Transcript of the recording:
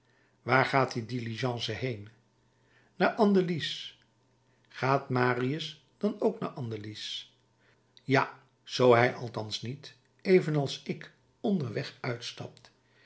waar gaat die diligence heen naar andelys gaat marius dan ook naar andelys ja zoo hij althans niet evenals ik onderweg uitstapt